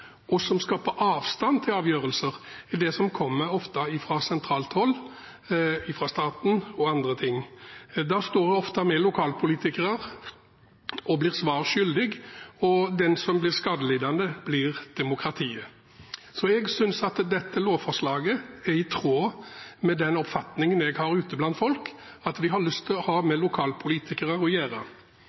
avstand til avgjørelser, er ofte det som kommer fra sentralt hold – fra staten og slikt. Da står ofte vi lokalpolitikere og blir svar skyldige, og den som blir skadelidende, er demokratiet. Jeg synes dette lovforslaget er i tråd med den oppfatningen jeg registrerer ute blant folk. De har lyst til å ha med lokalpolitikere å gjøre.